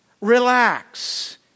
Relax